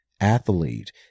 athlete